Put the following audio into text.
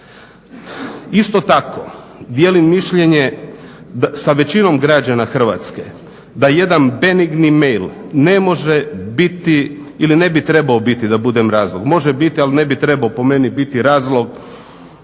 Isto tako dijelim mišljenje sa većinom građana Hrvatske, da jedan benigni mail ne može biti ili ne bi trebao biti, da budem razuman, može biti ali ne bi treba po meni biti razlog,